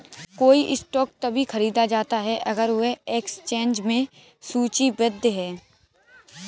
कोई स्टॉक तभी खरीदा जाता है अगर वह एक्सचेंज में सूचीबद्ध है